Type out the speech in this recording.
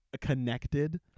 connected